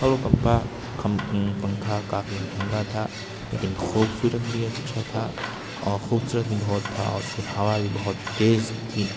اور وہ کمپا پنکھا کافی مہنگا تھا لیکن خوبصورت بھی اچھا تھا اور خوبصورت بھی بہت تھا اور اس کی ہوا بھی بہت تیز تھی